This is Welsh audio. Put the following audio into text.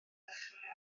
dechrau